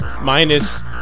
minus